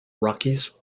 rockies